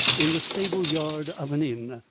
in the stable-yard of an inn,